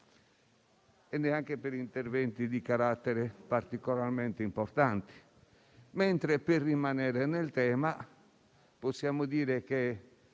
e neanche per interventi di carattere particolarmente importanti, mentre, per rimanere nel tema, possiamo dire che